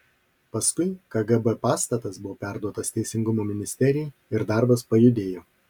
paskui kgb pastatas buvo perduotas teisingumo ministerijai ir darbas pajudėjo